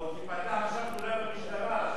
עוד תיפתח עכשיו תלונה במשטרה.